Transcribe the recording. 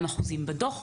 בדוח,